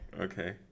Okay